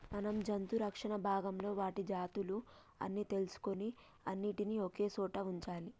మనం జంతు రక్షణ భాగంలో వాటి జాతులు అన్ని తెలుసుకొని అన్నిటినీ ఒకే సోట వుంచాలి